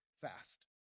fast